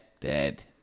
Dead